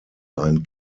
ein